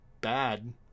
bad